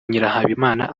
nyirahabimana